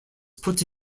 put